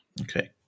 Okay